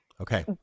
okay